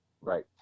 Right